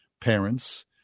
parents